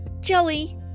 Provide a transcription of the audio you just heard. Jelly